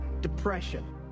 depression